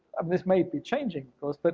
um this may be changing for us, but